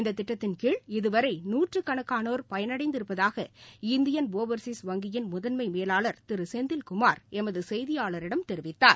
இந்ததிட்டத்தின் கீழ் இதுவரை நூற்றுக்கணக்கானோர் பயனடைந்திருப்பதாக இந்தியன் ஓவாசீஸ் வங்கியின் முதன்மைமேலாளர் திருசெந்தில்குமார் எமதுசெய்தியாளரிடம் தெரிவித்தார்